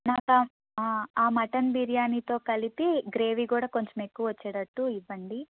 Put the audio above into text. నాకు ఆ మటన్ బిర్యానీతో కలిపి గ్రేవీ కూడా కొంచెం ఎక్కువ వచ్చేటట్లు ఇవ్వండి